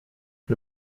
the